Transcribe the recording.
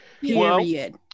Period